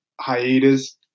hiatus